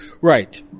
Right